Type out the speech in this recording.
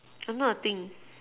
I'm not a thing